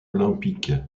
olympique